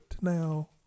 now